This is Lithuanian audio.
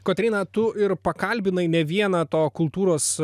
kotryna tu ir pakalbinai ne vieną to kultūros